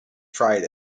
tried